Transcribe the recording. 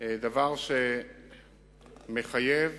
והדבר מחייב